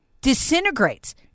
disintegrates